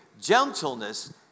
gentleness